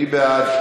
מי בעד?